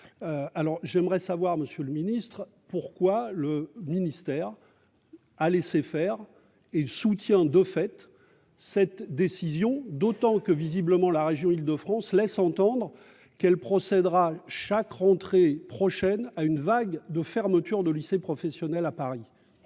alors j'aimerais savoir Monsieur le Ministre, pourquoi le ministère a laissé faire et soutien de fait, cette décision, d'autant que, visiblement, la région Île-de-France, laisse entendre qu'elle procédera chaque rentrée prochaine à une vague de fermetures de lycée professionnel à Paris.